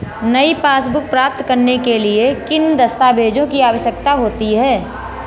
नई पासबुक प्राप्त करने के लिए किन दस्तावेज़ों की आवश्यकता होती है?